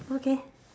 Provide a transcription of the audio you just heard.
okay